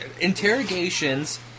interrogations